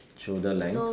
shoulder length